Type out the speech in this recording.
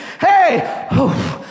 Hey